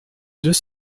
deux